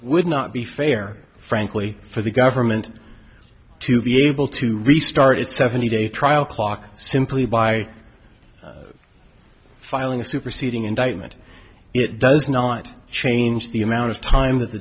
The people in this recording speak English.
would not be fair frankly for the government to be able to restart its seventy day trial clock simply by filing a superseding indictment it does not change the amount of time that the